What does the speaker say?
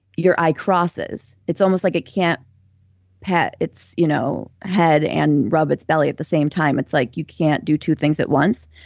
your eye crosses. it's almost like it can't pat its you know head and rub its belly at the same time. it's like you can't do two things at once,